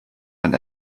man